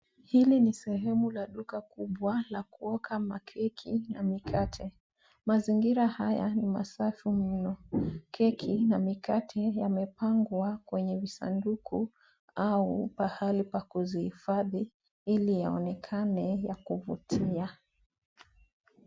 Hili ni sehemu la duka kubwa la kuoka makeki na mikate. Mazingira haya ni masafi mno. Keki na mikate yamepangwa kwenye visanduku au pahali pa kuzihifadhi ili yaonekane ya kuvutia.